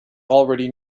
already